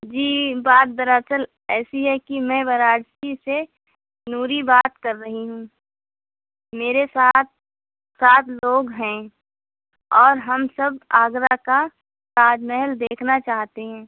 جی بات دراصل ایسی ہے کہ میں وارانسی سے نوری بات کر رہی ہوں میرے ساتھ سات لوگ ہیں اور ہم سب آگرہ کا تاج محل دیکھنا چاہتے ہیں